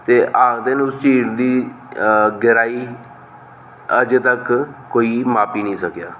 ते आखदे न उस झील दी गैहराई अजें तक्कर कोई मापी नेईं सकेआ